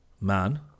Man